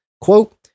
quote